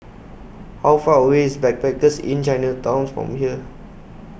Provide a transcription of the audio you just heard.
How Far away IS Backpackers Inn Chinatown's from here